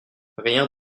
rien